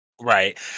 Right